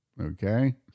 Okay